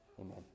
Amen